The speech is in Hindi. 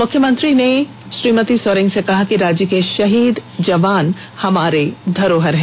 मुख्यमंत्री ने कार्मेला सोरेंग से कहा कि राज्य के शहीद जवान हमारे धरोहर हैं